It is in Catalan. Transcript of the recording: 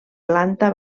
planta